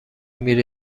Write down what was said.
میری